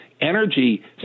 energy